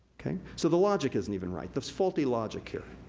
so, the logic isn't even right. there's faulty logic here.